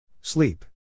Sleep